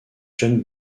jeune